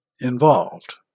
involved